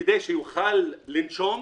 כדי שיוכל לנשום,